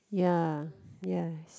ya yes